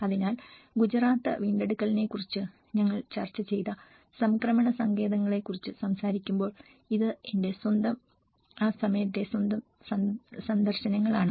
അതിനാൽ ഗുജറാത്ത് വീണ്ടെടുക്കലിനെക്കുറിച്ച് ഞങ്ങൾ ചർച്ച ചെയ്ത സംക്രമണ സങ്കേതങ്ങളെക്കുറിച്ച് സംസാരിക്കുമ്പോൾ ഇത് എന്റെ സ്വന്തം ആ സമയത്തെ സ്വന്തം സന്ദർശനങ്ങളാണ്